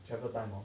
travel time hor